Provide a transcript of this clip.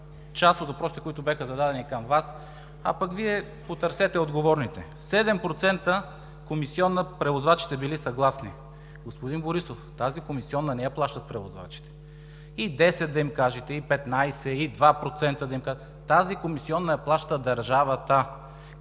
част от въпросите, които бяха зададени към Вас, а пък Вие потърсете отговорните. Седем процента комисиона – превозвачите били съгласни. Господин Борисов, тази комисиона не я плащат превозвачите. И 10 да им кажете, и 15, и 2% да им кажете, тази комисиона я плаща държавата –